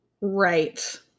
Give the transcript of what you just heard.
Right